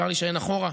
אפשר להישען אחורה,